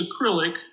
acrylic